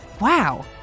Wow